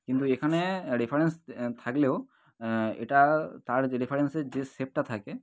কিন্তু এখানে রেফারেন্স থাকলেও এটা তার যে রেফারেন্সের যে শেপটা থাকে